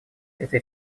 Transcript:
этой